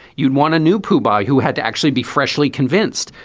you'd want a new pew by who had to actually be freshly convinced,